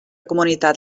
comunitat